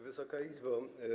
Wysoka Izbo!